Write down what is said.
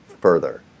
further